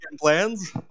plans